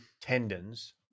tendons